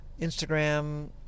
Instagram